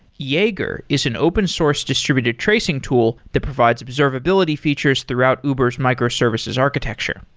jaeger is an open source distributed tracing tool that provides observability features throughout uber s microservices architecture.